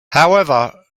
however